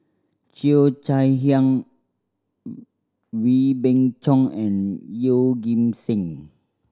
Cheo Chai Hiang Wee Beng Chong and Yeoh Ghim Seng